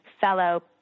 fellow